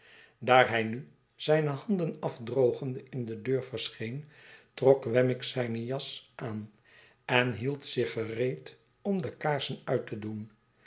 hij nu zijne handen afdrogende in de deur verscheen trok wemmick zijne jas aan en hield zich gereed om de kaarsen uit te doen